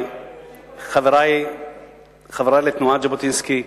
חברי לתנועת ז'בוטינסקי,